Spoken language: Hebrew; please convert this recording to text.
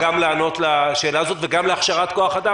גם לענות על השאלה הזאת וגם לענות בעניין הכשרת כוח אדם,